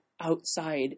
outside